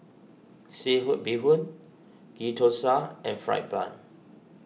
Seafood Bee Hoon Ghee Thosai and Fried Bun